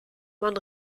man